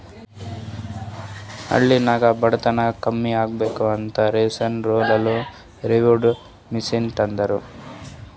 ಹಳ್ಳಿನಾಗ್ ಬಡತನ ಕಮ್ಮಿ ಆಗ್ಬೇಕ ಅಂತ ನ್ಯಾಷನಲ್ ರೂರಲ್ ಲೈವ್ಲಿಹುಡ್ ಮಿಷನ್ ತಂದಾರ